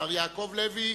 מר יעקב לוי,